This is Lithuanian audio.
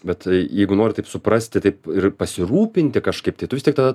bet jeigu nori taip suprasti taip ir pasirūpinti kažkaip tai tu vis tiek tada